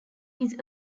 his